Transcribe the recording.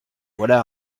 voilà